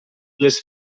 les